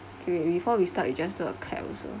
okay wait before we start we just do a clap also